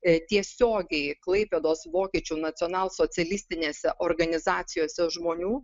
ė tiesiogiai klaipėdos vokiečių nacionalsocialistinėse organizacijose žmonių